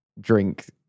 drink